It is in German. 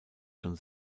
schon